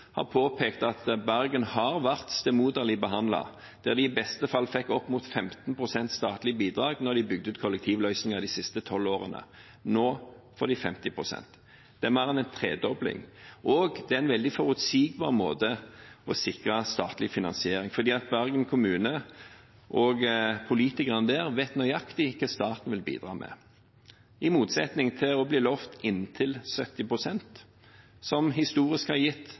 har påpekt at Bergen har vært stemoderlig behandlet, de har i beste fall fått opp mot 15 pst. i statlige bidrag når de har bygd ut kollektivløsninger de siste tolv årene. Nå får de 50 pst. Det er mer enn en tredobling. Det er en veldig forutsigbar måte å sikre statlig finansiering på, fordi Bergen kommune og politikerne der vet nøyaktig hva staten vil bidra med, i motsetning til å bli lovt inntil 70 pst., som historisk har gitt